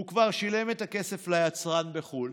הוא כבר שילם את הכסף ליצרן בחו"ל